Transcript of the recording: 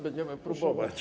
Będziemy próbować.